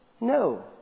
No